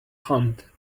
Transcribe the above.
hunt